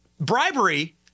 Bribery